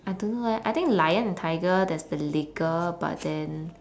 I don't know leh I think lion and tiger there's the liger but then